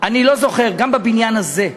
אני לא זוכר, גם בבניין הזה,